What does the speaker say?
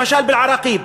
למשל באל-עראקיב.